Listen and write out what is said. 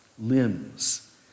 limbs